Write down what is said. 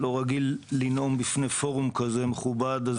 רגיל לנאום בפני פורום כזה מכובד,